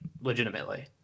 legitimately